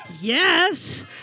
Yes